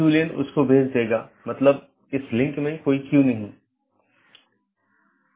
एक और बात यह है कि यह एक टाइपो है मतलब यहाँ यह अधिसूचना होनी चाहिए